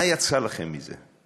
מה יצא לכם מזה?